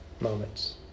moments